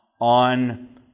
on